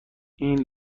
این